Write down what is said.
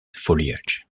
foliage